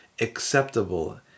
acceptable